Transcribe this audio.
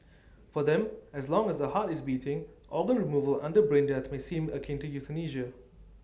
for them as long as the heart is beating organ removal under brain death may seem akin to euthanasia